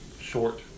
short